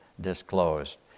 disclosed